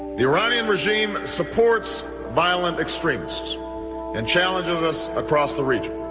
the iranian regime supports violent extremists and challenges us across the region,